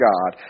God